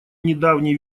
недавний